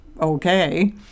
okay